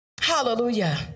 Hallelujah